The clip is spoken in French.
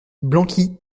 blanqui